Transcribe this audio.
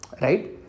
right